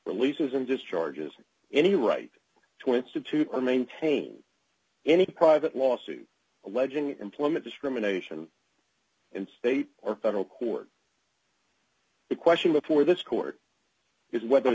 releases and just charges any right to institute or maintain any private lawsuit alleging employment discrimination in state or federal court the question before this court is whether